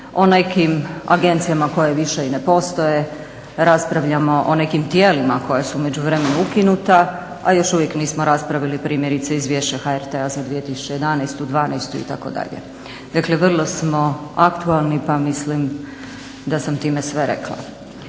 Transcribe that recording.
o nekim agencijama koje više i ne postoje, raspravljamo o nekim tijelima koja su u međuvremenu ukinuta a još uvijek nismo raspravili primjerice izvješće HRT-a za 2011., 12.itd. Dakle, vrlo smo aktualni pa mislim da sam time sve rekla.